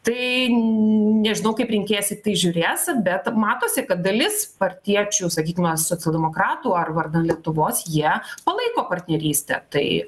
tai nežinau kaip rinkėjas į tai žiūrės bet matosi kad dalis partiečių sakykime socialdemokratų ar vardan lietuvos jie palaiko partnerystę tai